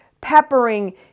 peppering